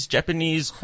Japanese